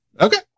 okay